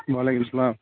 وعلیکُم اسلام